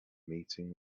meeting